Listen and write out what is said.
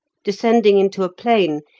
descending into a plain,